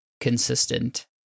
consistent